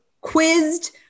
quizzed